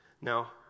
Now